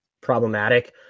problematic